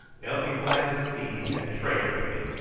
they'll be glad to see me and trade with me.